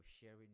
sharing